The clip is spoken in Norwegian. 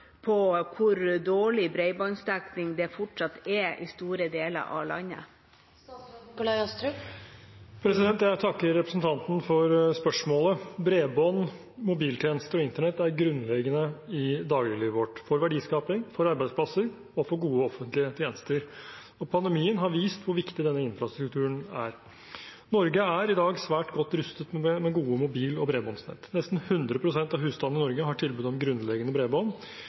på hvor dårlig bredbåndsdekning det fortsatt er i store deler av landet?» Jeg takker representanten for spørsmålet. Bredbånd, mobiltjenester og internett er grunnleggende i dagliglivet vårt for verdiskaping, for arbeidsplasser og for gode offentlige tjenester, og pandemien har vist hvor viktig denne infrastrukturen er. Norge er i dag svært godt rustet med gode mobil- og bredbåndsnett. Nesten 100 pst. av husstandene i Norge har tilbud om grunnleggende bredbånd.